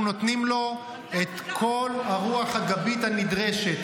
אנחנו נותנים לו את כל הרוח הגבית הנדרשת